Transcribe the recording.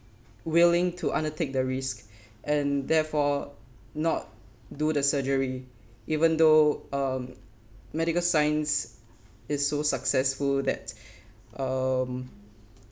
willing to undertake the risks and therefore not do the surgery even though um medical science is so successful that um